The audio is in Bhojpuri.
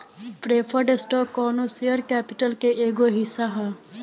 प्रेफर्ड स्टॉक कौनो शेयर कैपिटल के एगो हिस्सा ह